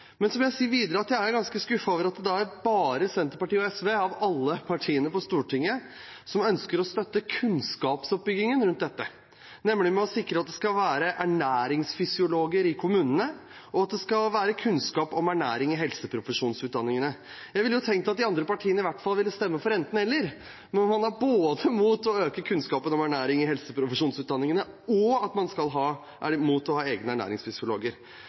Men jeg vil videre si at jeg er ganske skuffet over at det bare er Senterpartiet og SV av alle partiene på Stortinget som ønsker å støtte kunnskapsoppbyggingen rundt dette ved å sikre at det skal være ernæringsfysiologer i kommunene, og at det skal være kunnskap om ernæring i helseprofesjonsutdanningene. Jeg ville tenkt at de andre partiene i hvert fall ville stemme for enten – eller. Nå er man både imot å øke kunnskapen om ernæring i helseprofesjonsdanningene og imot at man skal ha egne ernæringsfysiologer. Det tror jeg er dumt, for jeg tror det